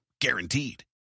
Guaranteed